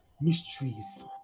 mysteries